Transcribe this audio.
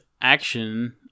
action